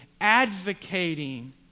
advocating